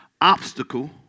obstacle